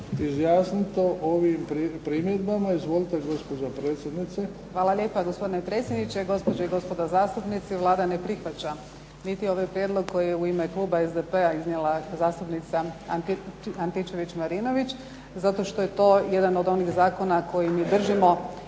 izjasniti o ovim primjedbama. Izvolite gospođo predsjednice. **Kosor, Jadranka (HDZ)** Hvala lijepa gospodine predsjedniče, gospođe i gospodo zastupnici. Vlada ne prihvaća niti ovaj prijedlog koji je u ime kluba SDP-a iznijela zastupnica Antičević-Marinović zato što je to jedan od onih zakona koji mi držimo